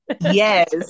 Yes